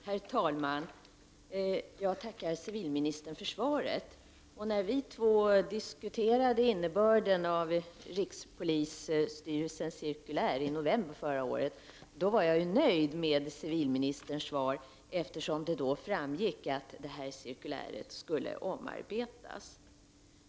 Herr talman! Jag tackar civilministern för svaret. När vi två diskuterade innebörden av rikspolisstyrelsens cirkulär i november förra året var jag nöjd med civilministerns svar, eftersom det då framgick att cirkuläret skulle omarbetas.